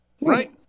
Right